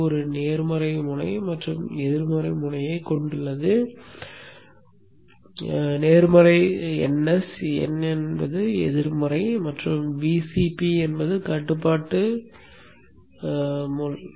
இது ஒரு நேர்மறை முனை மற்றும் எதிர்மறை முனையைக் கொண்டுள்ளது இது நேர்மறை ns n என்பது எதிர்மறை மற்றும் Vcp என்பது கட்டுப்பாட்டு முள்